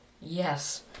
Yes